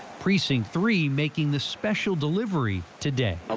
precinct three making the special delivery today. ah